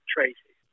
Tracy